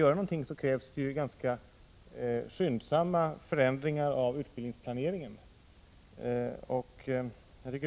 Vad som krävs är ju ganska skyndsamma förändringar i planeringen av utbildningen.